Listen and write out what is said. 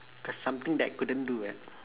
cause something that I couldn't do ah